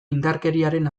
indarkeriaren